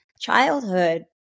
childhood